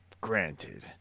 granted